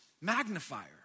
magnifier